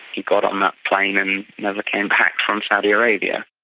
he got on that plane and never came back from saudi arabia.